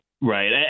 Right